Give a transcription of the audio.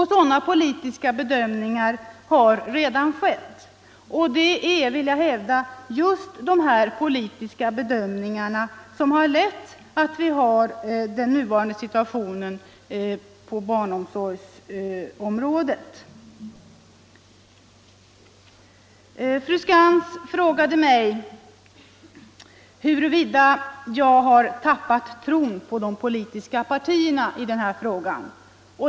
Sådana politiska bedömningar har redan skett. Det är, vill jag hävda, just de här politiska bedömningarna som har lett till att vi har den nuvarande katastrofala situationen på barnomsorgsområdet. Fru Skantz frågade mig huruvida jag har tappat tron på de politiska partierna i den här frågan.